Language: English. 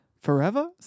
Forever